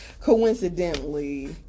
coincidentally